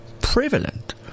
prevalent